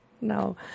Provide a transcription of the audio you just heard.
No